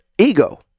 Ego